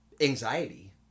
anxiety